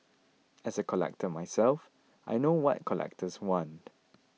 as a collector myself I know what collectors want